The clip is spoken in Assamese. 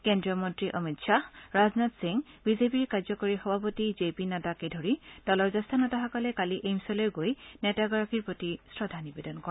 কেন্দ্ৰীয় মন্তী অমিত খাহ ৰাজনাথ সিং বিজেপিৰ কাৰ্যকৰী সভাপতি জে পি নাড্ডাকে ধৰি দলৰ জ্যেষ্ঠ নেতাসকলে কালি এইমছলৈ গৈ নেতাগৰাকীৰ প্ৰতি শ্ৰদ্ধা নিবেদন কৰে